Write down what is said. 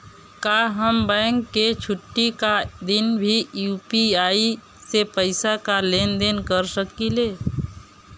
का हम बैंक के छुट्टी का दिन भी यू.पी.आई से पैसे का लेनदेन कर सकीले?